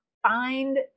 find